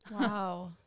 Wow